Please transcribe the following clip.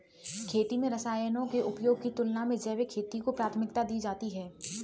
खेती में रसायनों के उपयोग की तुलना में जैविक खेती को प्राथमिकता दी जाती है